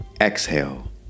Exhale